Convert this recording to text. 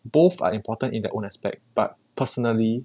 both are important in their own aspect but personally